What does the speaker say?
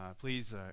please